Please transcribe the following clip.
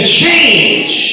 change